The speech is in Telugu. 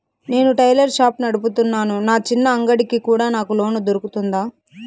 నేను టైలర్ షాప్ నడుపుతున్నాను, నా చిన్న అంగడి కి కూడా నాకు లోను దొరుకుతుందా?